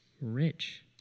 Rich